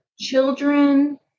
children